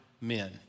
men